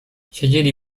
siedzieli